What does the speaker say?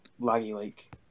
laggy-like